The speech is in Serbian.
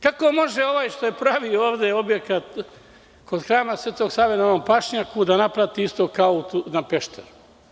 Kako može ovaj što je pravio objekte ovde kod hrama Sv. Save na ovom pašnjaku da naplati isto kao na Pešteru?